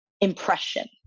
impression